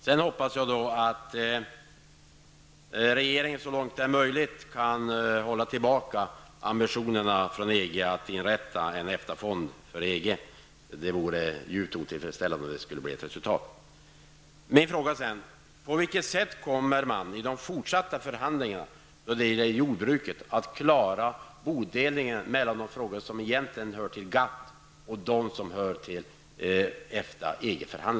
Sedan hoppas jag att regeringen så långt möjligt kan hålla tillbaka ambitionerna från EG att inrätta en EFTA-fond för EG; det vore djupt otillfredsställande om en sådan fond skulle bli ett resultat av förhandlingarna. Ännu en fråga: På vilket sätt kommer man i de fortsatta förhandlingarna när det gäller jordbruket att klara bodelningen mellan de frågor som egentligen hör till GATT och de som hör till